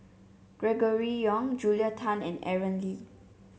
Gregory Yong Julia Tan and Aaron Lee